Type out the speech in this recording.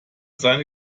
seine